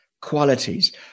qualities